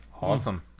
Awesome